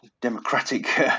democratic